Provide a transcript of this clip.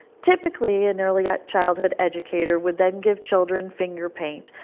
typically an early ah childhood educator would then give children finger paint,